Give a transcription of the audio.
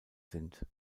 sind